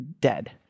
dead